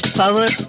power